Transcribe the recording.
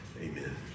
Amen